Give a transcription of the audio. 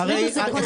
שיקול.